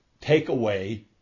takeaway